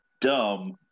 dumb